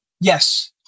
Yes